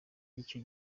icyo